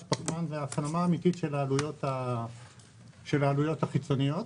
מס פחמן הוא הפנמה אמיתית של העלויות החיצוניות